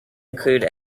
include